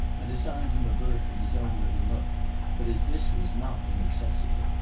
and assigned him a berth in his own little nook but as this was not inaccessible,